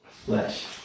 Flesh